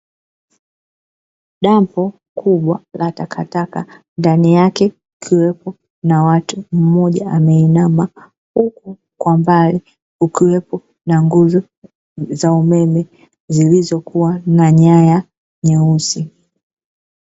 Dampo kubwa la takataka, ndani yake kukiwa na mtu mmoja aliyeinama, huku kukiwa na nguzo za umeme zilizokua na nyaya nyeusi.